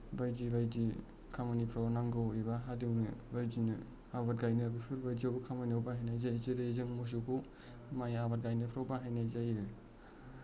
बायदि बायदि खामानिफ्राव नांगौ एबा हालेवनो बायदिनो आबाद गायनाय बेफोर बायदिआवबो खामानियाव बाहायनाय जायो जेरै जों मोसौखौ माइ आबाद गायनायफोराव बाहायनाय जायो